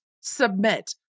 submit